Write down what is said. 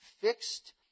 fixed